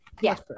Yes